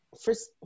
First